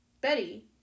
Betty